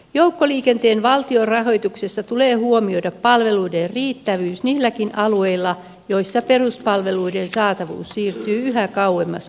joukkoliikenteen valtionrahoituksessa tulee huomioida palveluiden riittävyys niilläkin alueilla joilla peruspalveluiden saatavuus siirtyy yhä kauemmas keskuksista